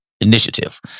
Initiative